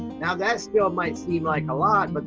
now that still might seem like a lot, but